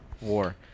war